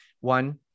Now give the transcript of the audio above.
one